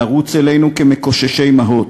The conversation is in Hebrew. לרוץ אלינו כמקוששי מעות.